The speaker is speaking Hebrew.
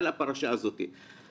על הפרשה הזאת.